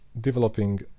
developing